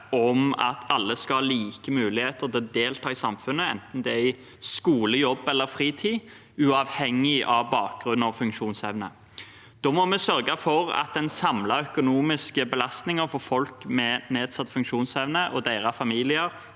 om at alle skal ha like muligheter til å delta i samfunnet – enten det er på skole, jobb eller fritid – uavhengig av bakgrunn og funksjonsevne. Da må vi sørge for at den samlede økonomiske belastningen for folk med nedsatt funksjonsevne og deres familier